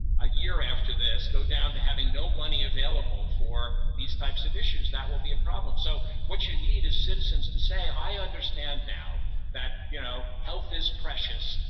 a year after this, go down to having no money available for these types of issues, that will be a problem. so what you need is citizens to say, i understand now that you know health is precious,